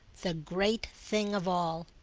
the great thing of all.